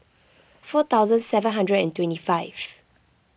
four thousand seven hundred and twenty five